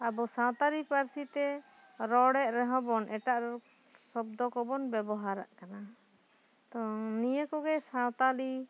ᱟᱵᱚ ᱥᱟᱶᱛᱟᱞᱤ ᱯᱟᱹᱨᱥᱤ ᱛᱮ ᱨᱚᱲᱮᱫ ᱨᱮᱦᱚᱸᱵᱚᱱ ᱮᱴᱟᱜ ᱨᱚᱲ ᱥᱚᱵᱽᱫᱚ ᱠᱚᱵᱚᱱ ᱵᱮᱵᱚᱦᱟᱨᱟᱜ ᱠᱟᱱᱟ ᱛᱚ ᱱᱤᱭᱟᱹ ᱠᱚᱜᱮ ᱥᱟᱶᱛᱟᱞᱤ